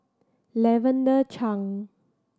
Lavender Chang